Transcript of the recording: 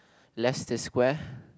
less the square